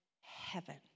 heaven